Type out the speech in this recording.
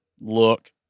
look